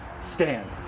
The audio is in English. stand